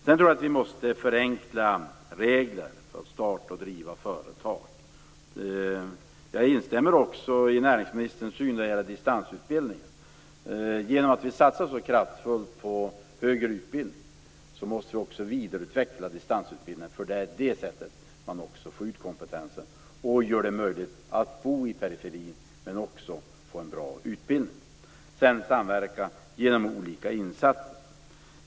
Jag tror också att vi måste förenkla reglerna för att starta och driva företag. Jag instämmer i näringsministerns synpunkt vad gäller distansutbildning. Genom att vi satsar så kraftfullt på högre utbildning måste vi också vidareutveckla distansutbildningarna. Det är på det sättet man tar till vara kompetensen och gör det möjligt att bo i periferin men också få en bra utbildning. Sedan till frågan om samverkan genom olika insatser.